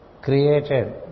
created